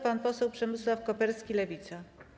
Pan poseł Przemysław Koperski, Lewica.